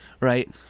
right